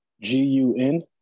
G-U-N